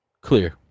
clear